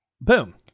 boom